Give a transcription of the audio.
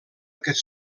aquest